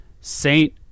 Saint